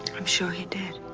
i'm sure he did.